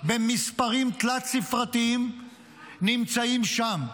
במספרים תלת-ספרתיים נמצאים שם,